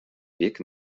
bieg